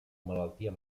malaltia